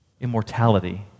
Immortality